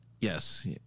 Yes